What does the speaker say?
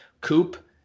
Coop